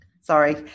Sorry